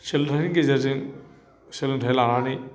सोलोंथयनि गेजेरजों सोलोंथाय लानानै